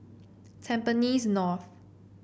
Tampines North